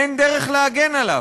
אין דרך להגן עליו,